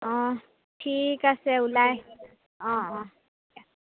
অঁ ঠিক আছে ওলাই অঁ অঁ দিয়া